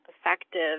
effective